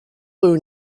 blue